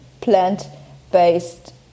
plant-based